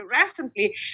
recently